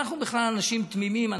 אנחנו בכלל אנשים תמימים.